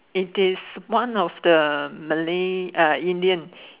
it is one of the Malay uh Indian